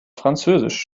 französisch